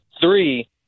Three